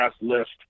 list